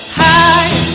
high